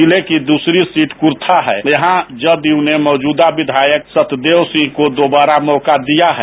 जिले की दूसरी सीट कुर्था है यहां जदयू ने मौजूदा विधायक सत्यदेव सिंह को दोबारा मौका दिया है